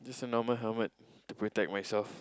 just a normal helmet to protect myself